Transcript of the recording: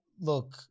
look